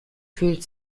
fühlt